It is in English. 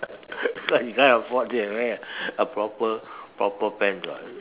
it's like you can't afford to wear a proper proper pants [what]